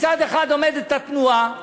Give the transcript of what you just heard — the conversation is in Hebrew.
מצד אחד עומדת התנועה,